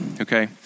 okay